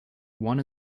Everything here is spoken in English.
one